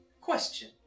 Question